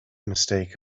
mistake